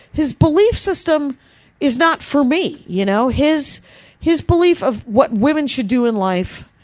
his belief system is not for me. you know? his his belief of, what women should do in life,